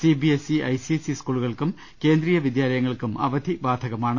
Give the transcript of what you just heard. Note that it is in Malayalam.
സിബിഎസ്ഇ ഐസിഎസ്ഇ സ്കൂളു കൾക്കും കേന്ദ്രീയ വിദ്യാലയങ്ങൾക്കും അവധി ബാധകമാണ്